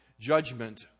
judgment